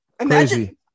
Imagine